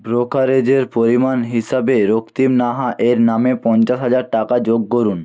ব্রোকারেজের পরিমাণ হিসাবে রক্তিম নাহা এর নামে পঞ্চাশ হাজার টাকা যোগ করুন